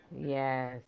Yes